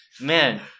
man